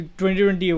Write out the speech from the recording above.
2020